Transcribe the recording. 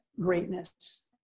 greatness